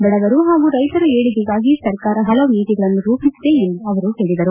ಬಡವರು ಹಾಗೂ ರೈತರ ಏಳಿಗೆಗಾಗಿ ಸರ್ಕಾರ ಪಲವು ನೀತಿಗಳನ್ನು ರೂಪಿಸಿದೆ ಎಂದು ಅವರು ಹೇಳಿದರು